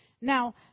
Now